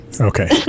okay